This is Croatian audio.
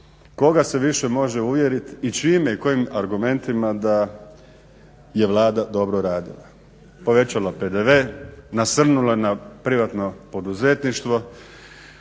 Koga se više može uvjeriti i čime i kojim argumentima da je Vlada dobro radila. Povećala PDV, nasrnula na privatno poduzetništvo,